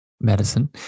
medicine